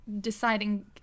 deciding